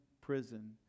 prison